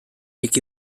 nik